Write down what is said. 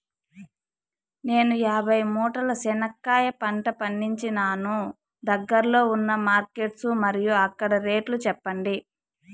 నేను యాభై మూటల చెనక్కాయ పంట పండించాను దగ్గర్లో ఉన్న మార్కెట్స్ మరియు అక్కడ రేట్లు చెప్పండి?